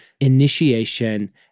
initiation